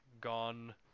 gone